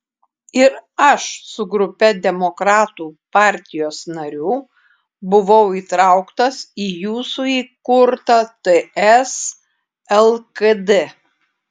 ir aš su grupe demokratų partijos narių buvau įtrauktas į jūsų įkurtą ts lkd